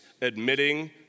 admitting